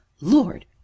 lord